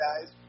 guys